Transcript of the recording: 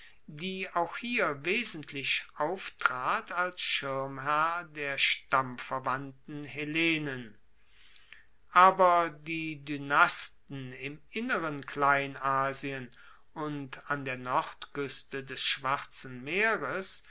die auch hier wesentlich auftrat als schirmherr der stammverwandten hellenen aber die dynasten im inneren kleinasien und an der nordkueste des schwarzen meeres